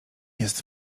jest